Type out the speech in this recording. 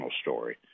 story